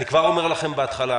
אני כבר אומר לכם בהתחלה,